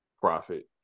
Profit